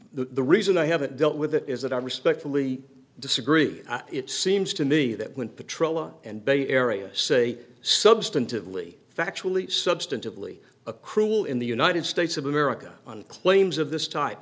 the reason i haven't dealt with it is that i respectfully disagree it seems to me that when patroller and bay area say substantively factually substantively a cruel in the united states of america one claims of this type